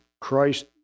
Christ